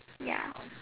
ya